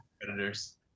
Predators